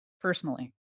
Personally